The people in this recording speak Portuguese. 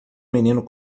menino